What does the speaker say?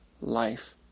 life